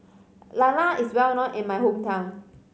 lala is well known in my hometown